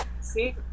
See